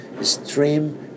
stream